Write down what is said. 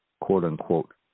quote-unquote